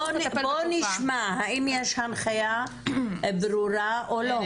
בואו נשמע, האם יש הנחיה ברורה או לא?